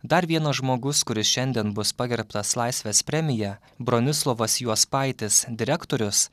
dar vienas žmogus kuris šiandien bus pagerbtas laisvės premija bronislovas juospaitis direktorius